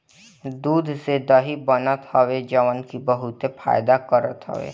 दूध से दही बनत हवे जवन की बहुते फायदा करत हवे